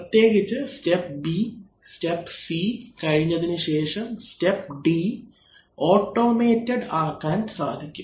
പ്രത്യേകിച്ച് step B step c കഴിഞ്ഞതിനു ശേഷം സ്റ്റെപ്പ് D ഓട്ടോമേറ്റഡ് ആക്കാൻ സാധിക്കും